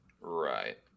Right